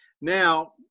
Now